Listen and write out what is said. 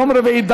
יום רביעי,